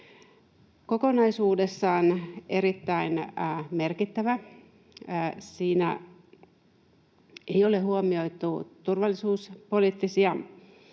kokonaisuudessaan erittäin merkittävä. Siinä ei turvallisuusuhkia